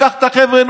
ייקח את החבר'ה,